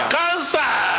cancer